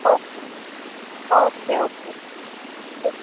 okay okay okay ઠીક છે